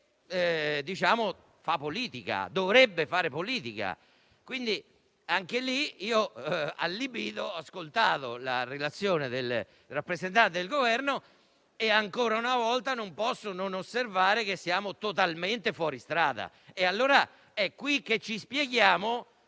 che fa politica o dovrebbe fare politica. Anche in questo caso ho ascoltato allibito la relazione del rappresentante del Governo e ancora una volta non posso non osservare che siamo totalmente fuori strada. È qui che ci spieghiamo,